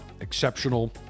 exceptional